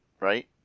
right